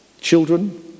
children